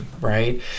right